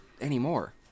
anymore